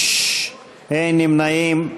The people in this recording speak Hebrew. אין נמנעים.